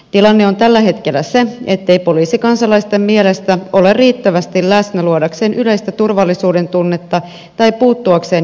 tilanne on tällä hetkellä se ettei poliisi kansalaisten mielestä ole riittävästi läsnä luodakseen yleistä turvallisuudentunnetta tai puuttuakseen järjestyshäiriöihin